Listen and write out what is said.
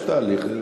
יש תהליך.